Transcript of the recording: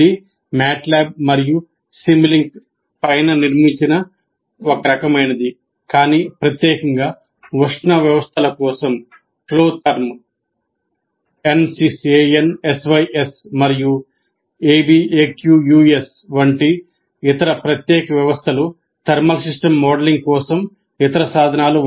ఇది మాట్లాబ్ మరియు Simulink ANSYS మరియు ABAQUS వంటి ఇతర ప్రత్యేక వ్యవస్థలు థర్మల్ సిస్టమ్స్ మోడలింగ్ కోసం ఇతర సాధనాలు